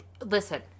Listen